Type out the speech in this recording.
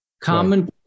common